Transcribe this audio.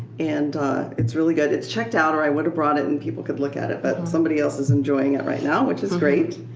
and it's really good. it's checked out or i would've brought it and people could look at it. but somebody else is enjoying it right now which is great.